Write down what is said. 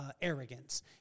arrogance